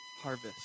harvest